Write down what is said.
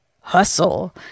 hustle